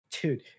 dude